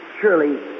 surely